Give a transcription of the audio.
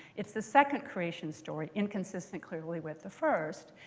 it's the second creation story, inconsistent clearly with the first,